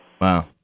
Wow